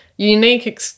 Unique